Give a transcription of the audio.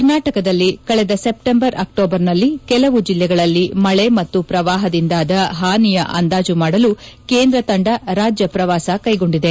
ಕರ್ನಾಟಕದಲ್ಲಿ ಕಳೆದ ಸೆಪ್ಸೆಂಬರ್ ಅಕ್ಸೋಬರ್ನಲ್ಲಿ ಕೆಲವು ಜಿಲ್ಲೆಗಳಲ್ಲಿ ಮಳೆ ಮತ್ತು ಪ್ರವಾಹದಿಂದಾದ ಹಾನಿಯ ಅಂದಾಜು ಮಾಡಲು ಕೇಂದ್ರ ತಂಡ ರಾಜ್ಯ ಪ್ರವಾಸ ಕ್ಯೆಗೊಂಡಿದೆ